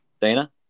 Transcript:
Dana